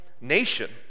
nation